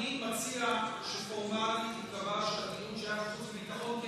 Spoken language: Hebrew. ואני מציע שפורמלית ייקבע שהדיון יהיה בוועדת החוץ והביטחון,